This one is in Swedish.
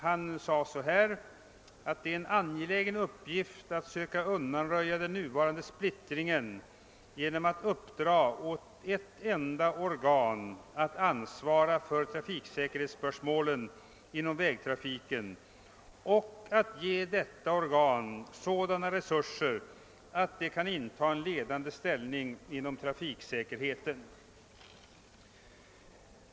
Han sade, att det är en angelägen uppgift att söka undanröja den nuvarande splittringen genom att uppdra åt ett enda organ att ansvara för trafiksäkerhetsspörsmålen inom vägtrafiken och att ge detta organ sådana resurser att det kan inta en ledande ställning inom trafiksäkerheten.